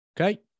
Okay